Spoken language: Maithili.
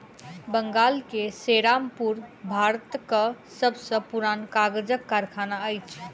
बंगाल के सेरामपुर भारतक सब सॅ पुरान कागजक कारखाना अछि